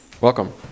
Welcome